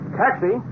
taxi